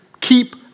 keep